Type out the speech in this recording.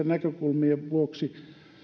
näkökulmien vuoksi